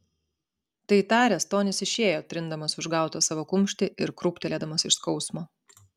tai taręs tonis išėjo trindamas užgautą savo kumštį ir krūptelėdamas iš skausmo